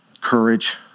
courage